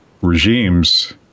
regimes